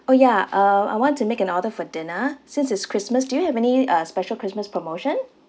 orh ya um I want to make an order for dinner since it's christmas do you have any uh special christmas promotion